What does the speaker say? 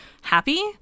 happy